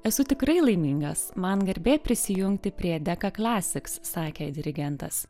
esu tikrai laimingas man garbė prisijungti prie deka klasiks sakė dirigentas